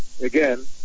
again